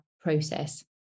process